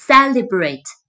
Celebrate